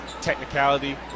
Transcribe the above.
technicality